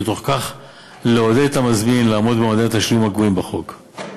ובתוך כך לעודד את המזמין לעמוד במועדי התשלום הקבועים בחוק.